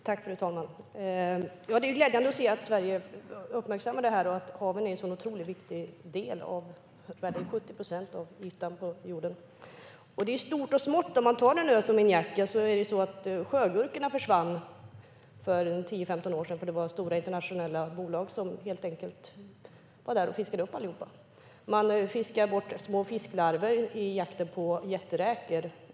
Fru talman! Det är glädjande att se att Sverige uppmärksammar detta, eftersom haven är en så otroligt viktig del av jorden. De utgör 70 procent av jordens yta. Det är stort och smått. Jag kan som exempel ta ön Inhaca. För tio femton år sedan försvann sjögurkorna i havet där. Det var stora internationella bolag som helt enkelt fiskade upp allihop. Man har fiskat små fisklarver i jakten på jätteräkor.